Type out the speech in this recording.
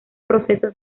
procesos